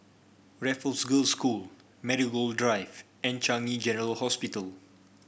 Raffles Girls' School Marigold Drive and Changi General Hospital